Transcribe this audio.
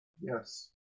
Yes